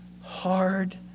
hard